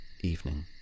evening